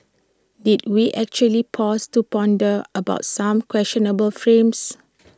did we actually pause to ponder about some questionable frames